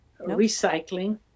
recycling